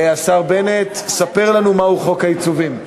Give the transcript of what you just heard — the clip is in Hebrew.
השר בנט, ספר לנו מהו חוק העיצובים.